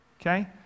okay